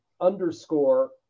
underscore